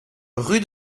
rue